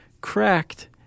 cracked